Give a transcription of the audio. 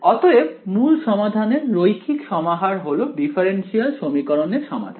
অতএব মূল সমাধানের রৈখিক সমাহার হল ডিফারেনশিয়াল সমীকরণ এর সমাধান